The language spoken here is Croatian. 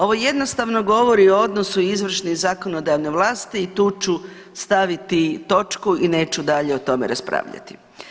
Ovo jednostavno govori o odnosu izvršne i zakonodavne vlasti i tu ću staviti točku i neću dalje o tome raspravljati.